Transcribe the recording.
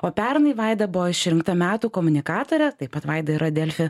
o pernai vaida buvo išrinkta metų komunikatore taip pat vaida yra delfi